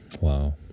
Wow